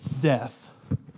death